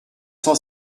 cent